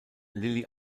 lilly